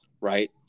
right